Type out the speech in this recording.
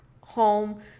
home